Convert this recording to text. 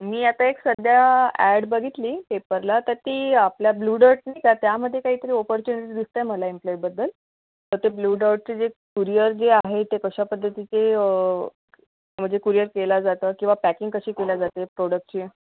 मी आता एक सध्या ॲड बघितली पेपरला तर ती आपल्या ब्लू डार्ट नाही का त्यामध्ये काहीतरी ओपोर्च्युनिटी दिसतंय मला एम्प्लॉईबद्दल तर ते ब्लू डॉर्टचे जे कुरियर जे आहे ते कशा पद्धतीचे म्हणजे कुरियर केलं जातं किंवा पॅकींग कशी केली जाते प्रोडक्टची